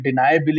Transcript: deniability